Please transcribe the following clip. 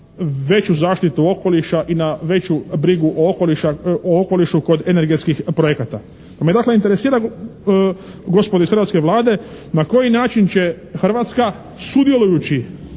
veću zaštitu okoliša i na veću brigu o okolišu kod energetskih projekata. Pa me dakle interesira, gospodo iz hrvatske Vlade, na koji način će Hrvatska sudjelujući